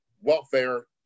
welfare